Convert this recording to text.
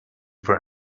for